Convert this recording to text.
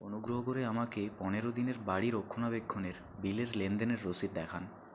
অনুগ্রহ করে আমাকে পনেরো দিনের বাড়ি রক্ষণাবেক্ষণের বিলের লেনদেনের রসিদ দেখান